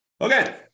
Okay